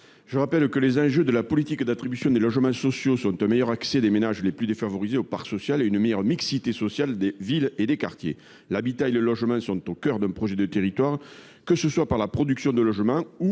Je rappelle que les enjeux de la politique d’attribution des logements sociaux sont un meilleur accès des ménages les plus défavorisés au parc social et une meilleure mixité sociale des villes et des quartiers. L’habitat et le logement sont au cœur d’un projet de territoire, que ce soit par la production de logements ou